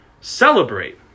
celebrate